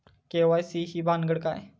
KYC ही भानगड काय?